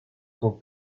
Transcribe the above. son